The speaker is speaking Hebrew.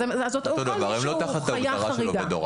אותו דבר, הם לא תחת ההגדרה של עובד הוראה.